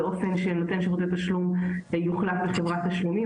באופן שנותן שירותי תשלום יוחלף בחברת תשלומים,